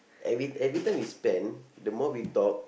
every every time you spend the more we talk